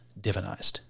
divinized